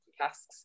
tasks